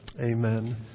Amen